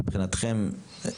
מבחינתכם?